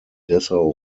dessau